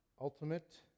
ultimate